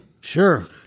Sure